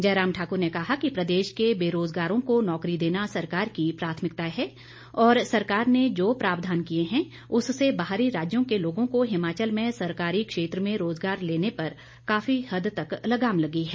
जयराम ठाक्र ने कहा कि प्रदेश के बेरोजगारों को नौकरी देना सरकार की प्राथमिकता है और सरकार ने जो प्रावधान किए हैं उससे बाहरी राज्यों के लोगों को हिमाचल में सरकारी क्षेत्र में रोजगार लेने पर काफी हद तक लगाम लगी है